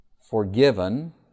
forgiven